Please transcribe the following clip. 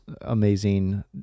amazing